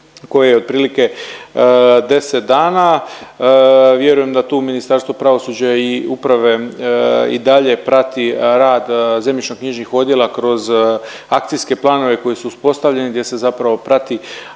koje je otprilike 10 dana. Vjerujem da tu Ministarstvo pravosuđa i uprave i dalje prati rad zemljišno knjižnih odjela kroz akcijske planove koji su uspostavljeni gdje se zapravo prati